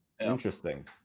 Interesting